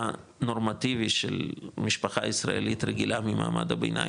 נורמטיבי של משפחה ישראלית רגילה ממעמד הביניים,